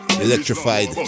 Electrified